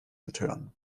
betören